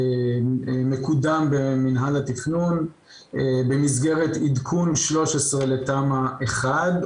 מקודם במינהל התכנון במסגרת עדכון 13 לתמ"א 1,